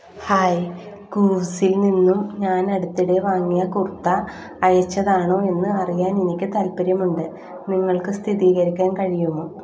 hi കൂവ്സിൽ നിന്നും ഞാൻ അടുത്തിടെ വാങ്ങിയ കുർത്ത അയച്ചതാണോ എന്ന് അറിയാൻ എനിക്ക് താൽപ്പര്യമുണ്ട് നിങ്ങൾക്ക് സ്ഥിരീകരിക്കാൻ കഴിയുമോ